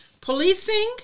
policing